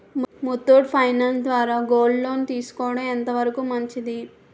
Muthoot finance ద్వారా gold loan తీసుకోవడం ఎంత వరకు మంచిది?